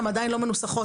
הן עדיין לא מנוסחות.